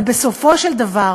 אבל בסופו של דבר,